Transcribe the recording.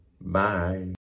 bye